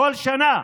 כל שנה,